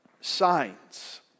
Signs